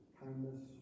kindness